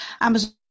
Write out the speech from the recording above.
Amazon